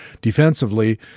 defensively